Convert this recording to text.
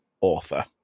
author